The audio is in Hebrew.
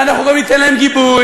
ואנחנו גם ניתן להם גיבוי.